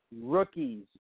Rookies